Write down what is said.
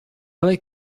like